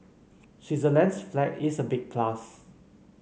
Switzerland's flag is a big plus